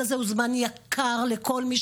לא חשבנו שזה יקרה במדינה ריבונית.